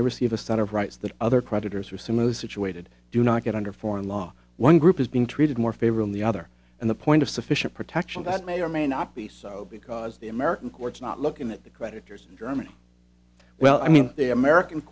they receive a set of rights the other creditors are similarly situated do not get under foreign law one group is being treated more favor in the other and the point of sufficient protection that may or may not be so because the american courts not looking at the creditors in germany well i mean the american